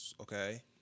Okay